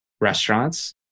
restaurants